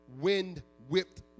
Wind-whipped